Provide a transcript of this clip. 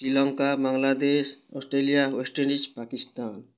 Sri Lanka Bangladesh Australia West Indies Pakistan